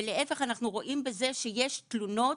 ולהיפך, אנחנו רואים בזה שיש תלונות,